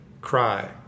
cry